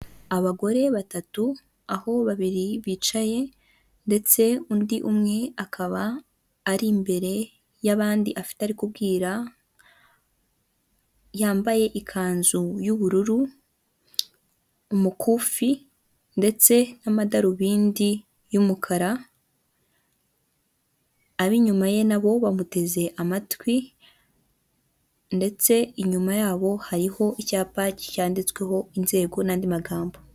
Abagore batatu aho babiri bicaye ndetse undi umwe akaba ari imbere y'abandi afite ari kubwira yambaye ikanzu y'ubururu umukufi ndetse n'amadarubindi y'umukara, ab'inyuma ye nabo bamuteze amatwi, ndetse inyuma yabo hariho icyapa cyantsweho inzego n'andi magambo.